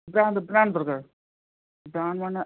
brand brand ଦରକାର ବ୍ରାଣ୍ଡ୍ମାନେ